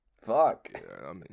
fuck